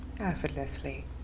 effortlessly